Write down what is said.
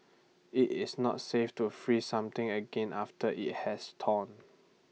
IT is not safe to freeze something again after IT has torn